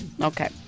Okay